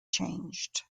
changed